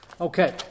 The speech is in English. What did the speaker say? Okay